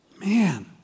Man